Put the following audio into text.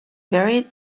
buried